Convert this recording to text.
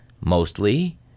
Mostly